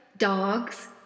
dogs